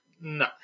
No